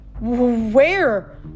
Where